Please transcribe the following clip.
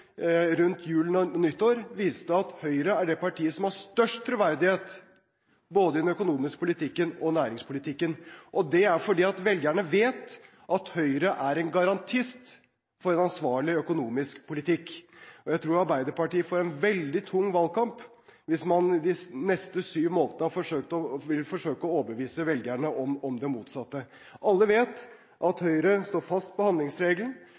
rundt nyttår, viste at Høyre er det partiet som har størst troverdighet både i den økonomiske politikken og i næringspolitikken, og det er fordi velgerne vet at Høyre er en garantist for en ansvarlig økonomisk politikk. Jeg tror Arbeiderpartiet får en veldig tung valgkamp hvis man i de neste syv månedene vil forsøke å overbevise velgerne om det motsatte. Alle vet at Høyre står fast på handlingsregelen,